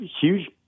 huge